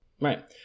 Right